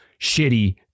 shitty